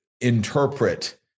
interpret